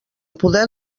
poder